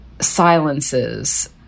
silences